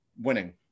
winning